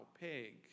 pig